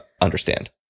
understand